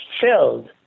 filled